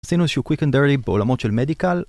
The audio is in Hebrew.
עשינו איזשהו קוויק אנד דירטי בעולמות של מדיקל